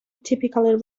typically